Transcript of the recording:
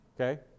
Okay